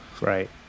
right